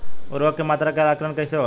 उर्वरक के मात्रा के आंकलन कईसे होला?